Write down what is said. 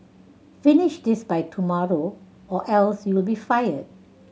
finish this by tomorrow or else you'll be fired